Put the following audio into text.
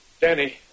Danny